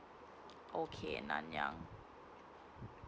okay nanyang